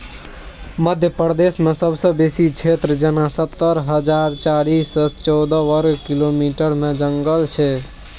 मध्य प्रदेशमे सबसँ बेसी क्षेत्र जेना सतहत्तर हजार चारि सय चौदह बर्ग किलोमीटरमे जंगल छै